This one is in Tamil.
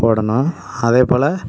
ஒடணும் அதே போல